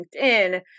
LinkedIn